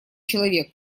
человек